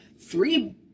three